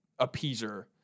appeaser